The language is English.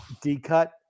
D-Cut